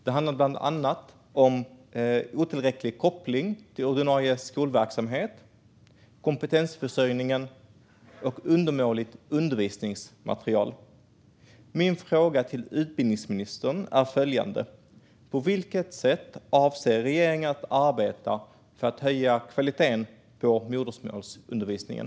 Det handlar bland annat om otillräcklig koppling till ordinarie skolverksamhet, kompetensförsörjningen och undermåligt undervisningsmaterial. Min fråga till utbildningsministern är: På vilket sätt avser regeringen att arbeta för att höja kvaliteten på modersmålsundervisningen?